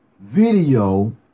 Video